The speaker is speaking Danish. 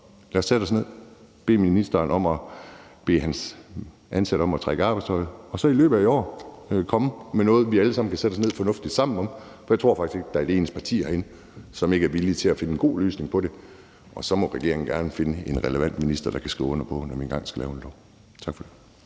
lad os sætte os ned og bede ministeren om at bede hans ansatte om at trække i arbejdstøjet og så i løbet af i år komme med noget, vi alle sammen kan sætte os fornuftigt sammen om. For jeg tror faktisk ikke, der er et eneste parti herinde, som ikke er villig til at finde en god løsning på det, og så må regeringen gerne finde en relevant minister, der kan skrive under, når vi engang skal lave en lov. Tak for det.